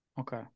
Okay